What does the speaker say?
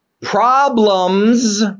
problems